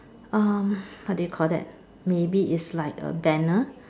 um what do you call that maybe it's like a banner